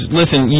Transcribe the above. listen